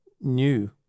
new